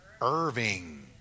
Irving